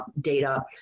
data